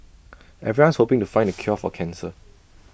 everyone's hoping to find the cure for cancer